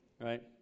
Right